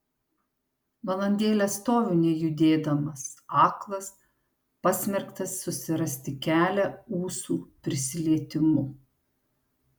valandėlę stoviu nejudėdamas aklas pasmerktas susirasti kelią ūsų prisilietimu